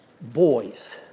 boys